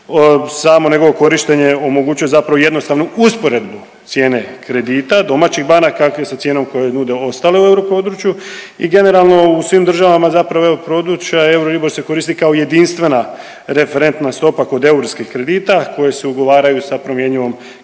samo njegovo korištenje omogućuje zapravo jednostavno usporedbu cijene kredita domaćih banaka kakve su cijene koje nude ostali u europodručju. I generalno u svim državama zapravo europodručja EURIBOR se koristi kao jedinstvena referentna stopa kod euroskih kredita koji se ugovaraju sa promjenjivom kamatnom